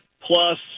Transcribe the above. plus